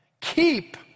Keep